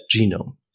genome